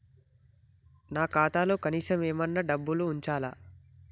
నా ఖాతాలో కనీసం ఏమన్నా డబ్బులు ఉంచాలా?